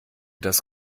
das